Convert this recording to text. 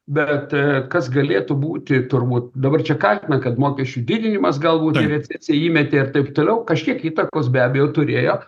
bet kas galėtų būti turbūt dabar čia kaltina kad mokesčių didinimas galbūt į recesiją įmetė ir taip toliau kažkiek įtakos be abejo turėjo